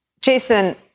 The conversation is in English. Jason